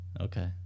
okay